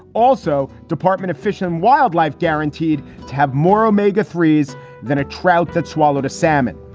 also, department fish and wildlife guaranteed to have more omega three s than a trout that swallowed a salmon.